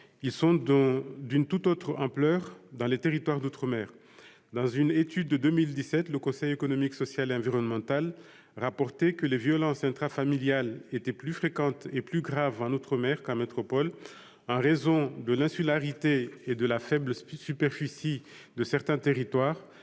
ils sont d'une tout autre ampleur dans les territoires d'outre-mer. Dans une étude de 2017, le Conseil économique, social et environnemental (Cese) rapportait que les violences intrafamiliales étaient plus fréquentes et plus graves outre-mer qu'en métropole, et ce en raison de l'insularité et de la faible superficie de certains territoires,